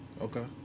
Okay